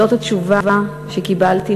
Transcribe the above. זאת התשובה שקיבלתי,